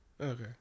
Okay